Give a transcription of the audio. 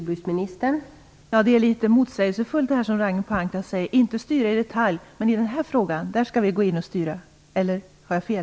Fru talman! Det är litet motsägelsefullt, det som Ragnhild Pohanka säger: Man skall inte styra i detalj, men i denna fråga skall vi gå in och styra. Eller har jag fel?